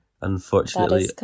Unfortunately